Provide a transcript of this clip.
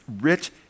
rich